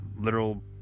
literal